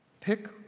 Pick